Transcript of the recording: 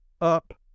up